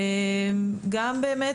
גם באמת,